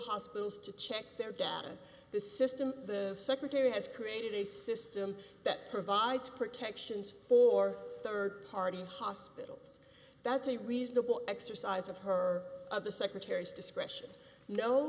hospitals to check their data the system the secretary has created a system that provides protections for rd party hospitals that's a reasonable exercise of her of the secretary's discretion no